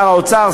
שר האוצר,